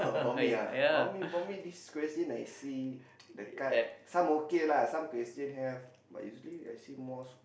for me ah for me for me this question I see the card some okay lah some question have but usually I see most